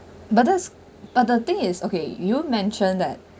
but that's but the thing is okay you mentioned that